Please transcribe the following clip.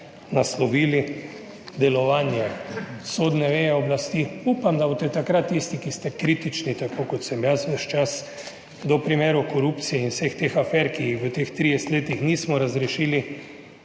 naslovili delovanje sodne veje oblasti. Upam, da boste takrat tisti, ki ste kritični, tako kot sem jaz ves čas do primerov korupcije in vseh teh afer, ki jih v teh 30 letih nismo razrešili,